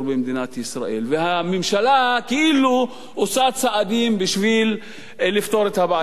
ישראל והממשלה כאילו עושה צעדים בשביל לפתור את הבעיה הזו,